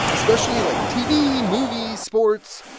especially like tv, movies, sports.